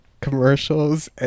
commercials